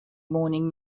morning